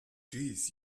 jeez